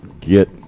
get